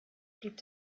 blieb